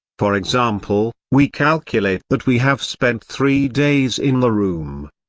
for example, we calculate that we have spent three days in the room.